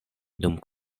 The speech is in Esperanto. dum